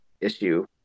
issue